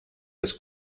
das